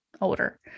older